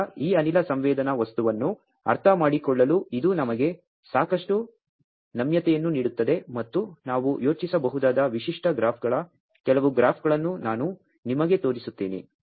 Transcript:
ಆದ್ದರಿಂದ ಈ ಅನಿಲ ಸಂವೇದನಾ ವಸ್ತುವನ್ನು ಅರ್ಥಮಾಡಿಕೊಳ್ಳಲು ಇದು ನಮಗೆ ಸಾಕಷ್ಟು ನಮ್ಯತೆಯನ್ನು ನೀಡುತ್ತದೆ ಮತ್ತು ನಾವು ಯೋಚಿಸಬಹುದಾದ ವಿಶಿಷ್ಟ ಗ್ರಾಫ್ಗಳ ಕೆಲವು ಗ್ರಾಫ್ಗಳನ್ನು ನಾನು ನಿಮಗೆ ತೋರಿಸುತ್ತೇನೆ